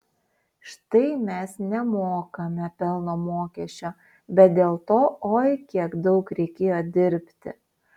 štai mes nemokame pelno mokesčio bet dėl to oi kiek daug reikėjo dirbti